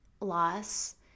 loss